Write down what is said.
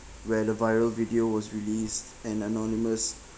where the viral video was released an anonymous